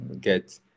get